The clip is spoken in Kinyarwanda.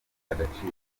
agaciro